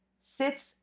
sits